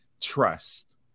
trust